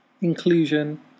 inclusion